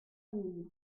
mille